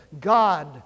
God